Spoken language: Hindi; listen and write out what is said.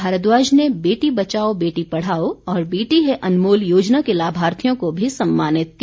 भारद्वाज ने बेटी बचाओ बेटी पढ़ाओ और बेटी है अनमोल योजना के लाभार्थियों को भी सम्मानित किया